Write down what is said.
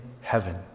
heaven